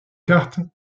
carte